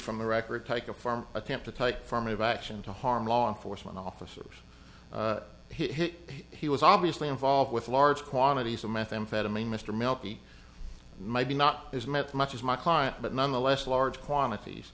from the record take a firm attempt to take form of action to harm law enforcement officers hit he was obviously involved with large quantities of methamphetamine mr melky might be not as meth much as my client but nonetheless large quantities